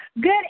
Good